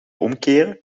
omkeren